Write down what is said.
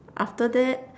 after that